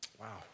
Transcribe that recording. Wow